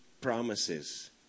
promises